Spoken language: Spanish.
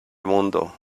mundo